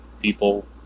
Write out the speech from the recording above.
people